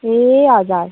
ए हजुर